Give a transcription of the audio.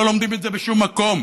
לא לומדים את זה בשום מקום,